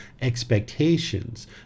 expectations